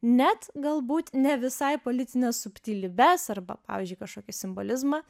net galbūt ne visai politines subtilybes arba pavyzdžiui kažkokį simbolizmą